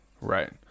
Right